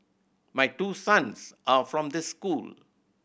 my two sons are from this school